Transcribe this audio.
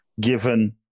given